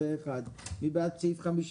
הצבעה סעיף 85(49) אושר מי בעד סעיף 50?